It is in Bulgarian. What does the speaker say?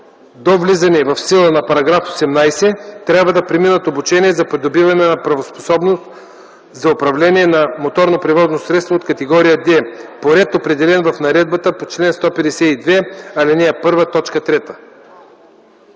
до влизането в сила на § 18 трябва да преминат обучение за придобиване на правоспособност за управление на моторно превозно средство от категория D, по ред, определен в наредбата по чл. 152, ал. 1,